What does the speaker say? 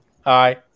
Hi